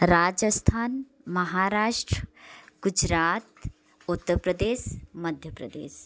Rajasthan Maharashtra Gujarat Uttar Pradesh Madhya Pradesh